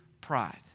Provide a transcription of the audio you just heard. pride